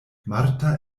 marta